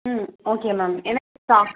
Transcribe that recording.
ம் okay ma'am எனக்கு தான்